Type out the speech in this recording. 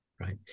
Right